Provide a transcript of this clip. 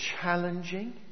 challenging